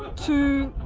two,